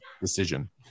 decision